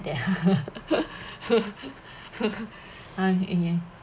that ya